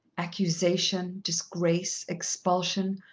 accusation, disgrace, expulsion,